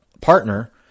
partner